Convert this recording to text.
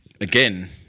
again